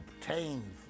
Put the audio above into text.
obtained